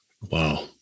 Wow